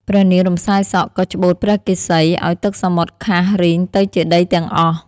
ព្រះនាង រំសាយសក់ ក៏ច្បូតព្រះកេសី ឲ្យទឹកសមុទ្រខៈរឹងទៅជាដីទាំងអស់ ។